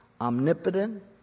omnipotent